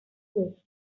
wish